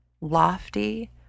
lofty